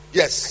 yes